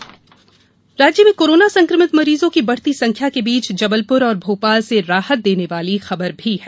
मरीज स्वस्थ राज्य में कोरोना संक्रमित मरीजों की बढ़ती संख्या के बीच जबलपुर और भोपाल से राहत देने वाली खबर भी मिली है